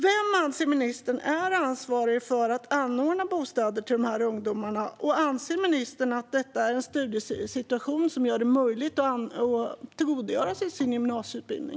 Vem, anser ministern, är ansvarig för att anordna bostäder åt de här ungdomarna? Och anser ministern att detta är en studiesituation som gör det möjligt att tillgodogöra sig sin gymnasieutbildning?